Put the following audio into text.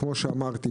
כמו שאמרתי,